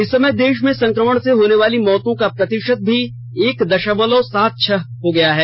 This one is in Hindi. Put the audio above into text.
इस समय देश में संक्रमण से होने वाली मौतों का प्रतिशत एक दशमलव सात छह है